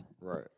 Right